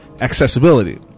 accessibility